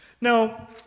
Now